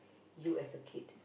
you as a kid